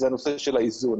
היא בנושא האיזון.